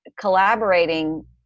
collaborating